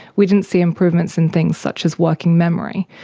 we didn't see improvements in things such as working memory.